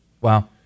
Wow